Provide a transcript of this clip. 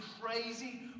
crazy